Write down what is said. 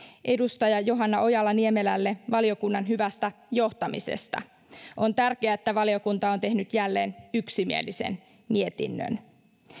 edustaja johanna ojala niemelälle valiokunnan hyvästä johtamisesta on tärkeää että valiokunta on tehnyt jälleen yksimielisen mietinnön